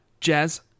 Jazz